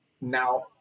now